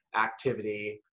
activity